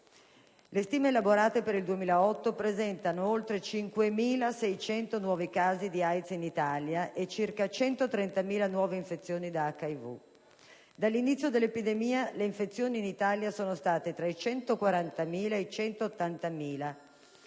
Le stime elaborate per il 2008 presentano oltre 5.600 nuovi casi di AIDS in Italia e circa 130.000 nuove infezioni da HIV. Dall'inizio dell'epidemia le infezioni in Italia sono state tra 140.000 ed i 180.000,